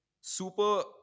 super